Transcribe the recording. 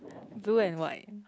blue and white